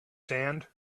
sand